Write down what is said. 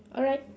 alright